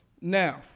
Now